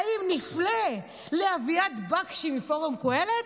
האם נפנה לאביעד בקשי מפורום קהלת?